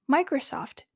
：Microsoft